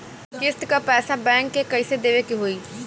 किस्त क पैसा बैंक के कइसे देवे के होई?